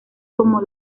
como